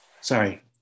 Sorry